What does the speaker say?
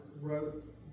wrote